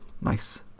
nice